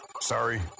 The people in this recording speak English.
Sorry